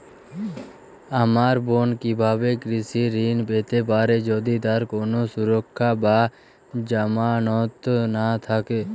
আমার বোন কীভাবে কৃষি ঋণ পেতে পারে যদি তার কোনো সুরক্ষা বা জামানত না থাকে?